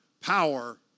power